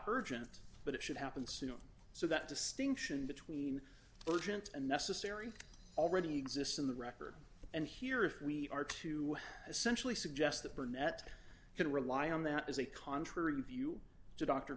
urgent but it should happen soon so that distinction between urgent and necessary already exists in the record and here if we are to essentially suggest that burnett can rely on that as a contrary view